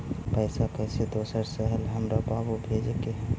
पैसा कैसै दोसर शहर हमरा बाबू भेजे के है?